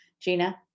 Gina